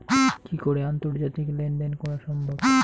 কি করে আন্তর্জাতিক লেনদেন করা সম্ভব?